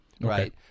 right